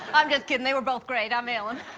i'm just kiddin'. they were both great. i'm ellen.